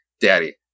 Daddy